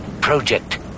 Project